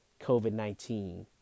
COVID-19